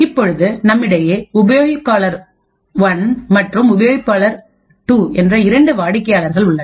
இப்பொழுது நம்மிடையே உபயோகிப்பாளர் 1 மற்றும் உபயோகிப்பாளர் 2 என்ற இரண்டு வாடிக்கையாளர்கள் உள்ளனர்